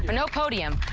but no podium,